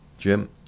Jim